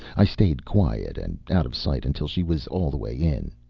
i stayed quiet and out of sight until she was all the way in.